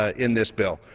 in this bill.